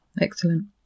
Excellent